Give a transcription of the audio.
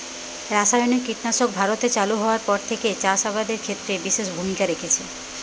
রাসায়নিক কীটনাশক ভারতে চালু হওয়ার পর থেকেই চাষ আবাদের ক্ষেত্রে বিশেষ ভূমিকা রেখেছে